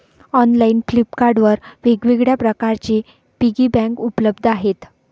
online Flipkart वर वेगवेगळ्या प्रकारचे पिगी बँक उपलब्ध आहेत